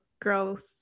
growth